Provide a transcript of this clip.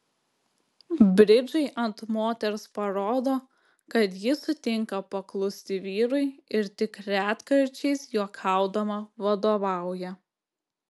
bridžai ant moters parodo kad ji sutinka paklusti vyrui ir tik retkarčiais juokaudama vadovauja